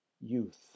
youth